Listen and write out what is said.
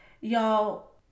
Y'all